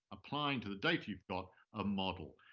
applying to the data you've got a model.